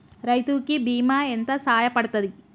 రైతు కి బీమా ఎంత సాయపడ్తది?